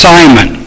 Simon